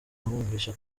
amwumvisha